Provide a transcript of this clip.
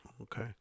Okay